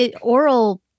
oral